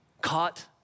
Caught